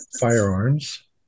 firearms